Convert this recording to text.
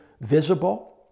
visible